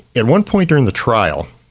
at one point during the trial,